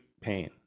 pain